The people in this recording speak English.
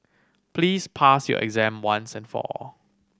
please pass your exam once and for all